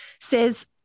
says